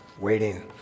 waiting